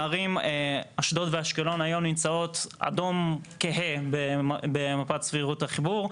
הערים אשדוד ואשקלון היום נמצאות באדום כהה במפת סבירות החיבור.